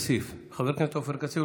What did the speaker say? חבר הכנסת עופר כסיף.